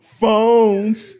phones